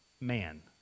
Man